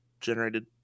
generated